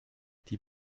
die